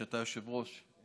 אתה היושב-ראש,